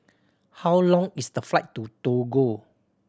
how long is the flight to Togo